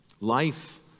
Life